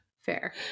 fair